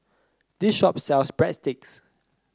this shop sells Breadsticks